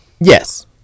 Yes